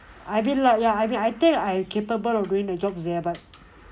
I've been like ya I mean I am capable of doing the jobs there but